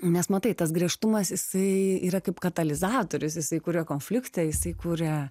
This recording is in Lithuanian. nes matai tas griežtumas jisai yra kaip katalizatorius jisai kuria konfliktą jisai kuria